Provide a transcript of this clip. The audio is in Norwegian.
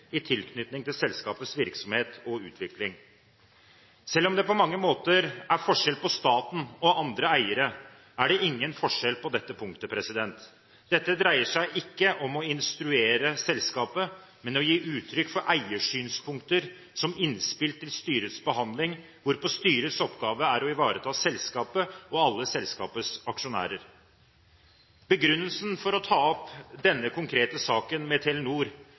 i tilknytning til selskapets virksomhet og utvikling. Selv om det på mange måter er forskjell på staten og andre eiere, er det ingen forskjell på dette punktet. Dette dreier seg ikke om å instruere selskapet, men om å gi uttrykk for eiersynspunkter som innspill til styrets behandling, hvorpå styrets oppgave er å ivareta selskapet og alle selskapets aksjonærer. Begrunnelsen for å ta opp denne konkrete saken med Telenor